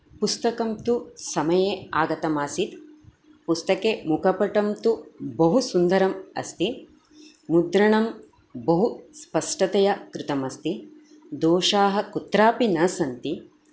पुस्तकं तु समये आगतमासीत् पुस्तके मुखपुटं तु बहु सुन्दरम् अस्ति मुद्रणं बहु स्पष्टतया कृतमस्ति दोषाः कुत्रापि न सन्ति